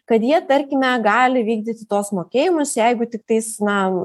kad jie tarkime gali vykdyti tuos mokėjimus jeigu tiktais na